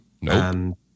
No